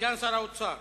סגן שר האוצר,